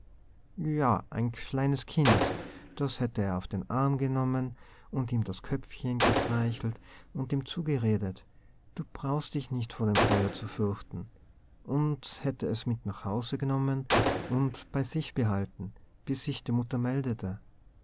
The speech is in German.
ein kleines kind das hätte er auf den arm genommen und ihm das köpfchen gestreichelt und ihm zugeredet du brauchst dich nicht vor dem feuer zu fürchten und hätte es mit nach hause genommen und bei sich behalten bis sich die mutter meldete